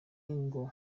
ngo